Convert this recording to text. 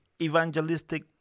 evangelistic